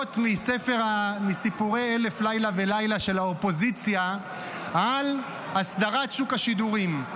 -- אגדות מסיפורי אלף לילה ולילה של האופוזיציה על הסדרת שוק השידורים,